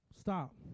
stop